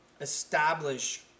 establish